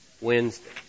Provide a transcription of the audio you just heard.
Wednesday